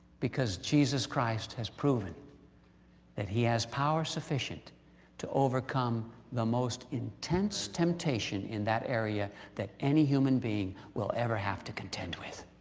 because jesus christ has proven that he has power, sufficient to overcome the most intense temptation in that area that any human being will ever have to contend with.